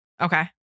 Okay